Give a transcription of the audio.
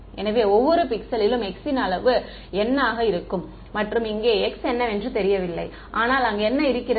எனவே ஒவ்வொரு பிக்சலிலும் x ன் அளவு n ஆக இருக்கும் மற்றும் இங்கே x என்னவென்று தெரியவில்லை ஆனால் அங்கு என்ன இருக்கிறது